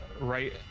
right